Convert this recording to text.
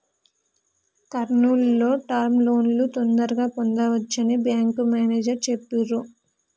కర్నూల్ లో టర్మ్ లోన్లను తొందరగా పొందవచ్చని బ్యేంకు మేనేజరు చెప్పిర్రు